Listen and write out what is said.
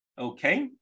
Okay